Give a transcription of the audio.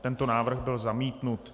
Tento návrh byl zamítnut.